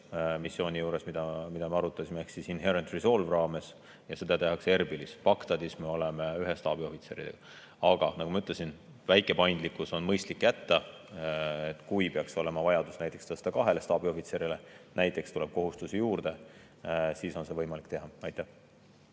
missiooni juures, mida me arutasime, ehk Inherent Resolve raames, ja seda tehakse Erbilis. Bagdadis me oleme ühe staabiohvitseriga. Aga nagu ma ütlesin, väike paindlikkus on mõistlik jätta. Kui peaks olema vajadus tõsta arv näiteks kahe staabiohvitserini, sest tuleb kohustusi juurde, siis on võimalik seda teha. Aitäh!